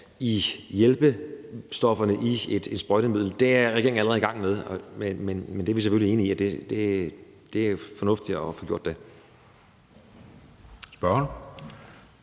i hjælpestofferne i et sprøjtemiddel, er regeringen allerede i gang med, men vi er selvfølgelig enig i, at det er fornuftigt at få gjort det. Kl.